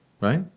right